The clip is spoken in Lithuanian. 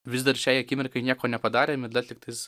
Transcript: vis dar šiai akimirkai nieko nepadarėm ir dar tiktais